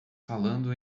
falando